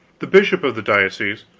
the bishop of the diocese,